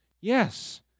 Yes